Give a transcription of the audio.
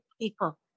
people